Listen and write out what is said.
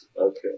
Okay